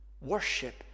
Worship